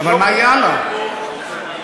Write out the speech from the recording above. מה יהיה הלאה?